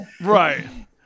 Right